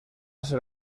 ser